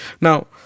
Now